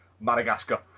Madagascar